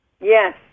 Yes